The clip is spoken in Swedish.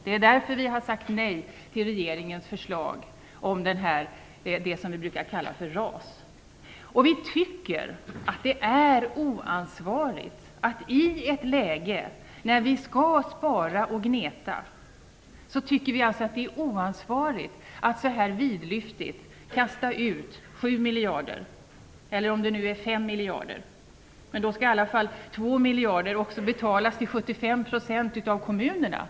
Det är därför vi har sagt nej till regeringens förslag om det som vi brukar kalla för ras. I ett läge när vi skall spara och gneta tycker vi att det är oansvarigt att så här vidlyftigt kasta ut sju miljarder, eller om det nu är fem miljarder. Men då skall i alla fall två miljarder till 75 % betalas av kommunerna.